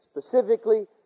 specifically